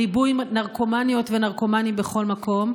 ריבוי נרקומניות ונרקומנים בכל מקום,